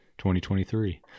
2023